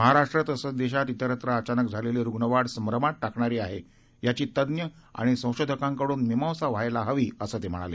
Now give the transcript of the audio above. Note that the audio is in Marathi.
महाराष्ट्र तसंच देशात तिरत्र अचानक झालेली रुग्णवाढ संभ्रमात टाकणारी आहे याची तज्ञ आणि संशोधकांकडून मीमांसा व्हायला हवी असं ते म्हणाले